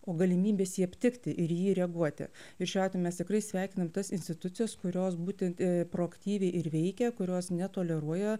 o galimybės jį aptikti ir į jį reaguoti ir šiuo atveju mes tikrai sveikinam tas institucijas kurios būtent proaktyviai ir veikia kurios netoleruoja